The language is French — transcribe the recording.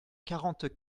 quarante